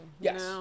Yes